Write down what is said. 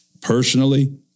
personally